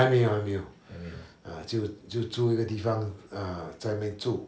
还没有还没有 ah 就就租一个地方 ah 在那边住